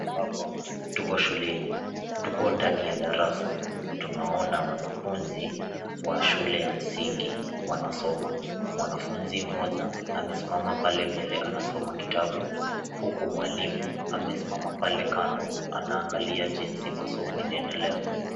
Hapa tuko shuleni. Tuko ndani ya darasa. Tunaona wanafunzi wa shule ya msingi wanasoma. Mwanafunzi mmoja amesimama pale mbele anasoma kitabu huku mwalimu amesimama pale kando anaangalia jinsi masomo inaendelea.